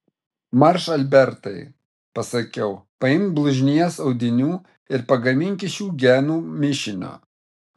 marš albertai pasakiau paimk blužnies audinių ir pagamink iš jų genų mišinio